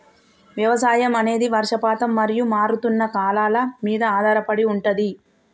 వ్యవసాయం అనేది వర్షపాతం మరియు మారుతున్న కాలాల మీద ఆధారపడి ఉంటది